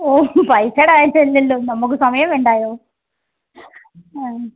ഓ പൈസയുടെ കാര്യത്തിൽ അല്ലല്ലോ നമുക്ക് സമയം വേണ്ടായോ ആമ്മ്